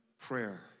prayer